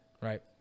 Right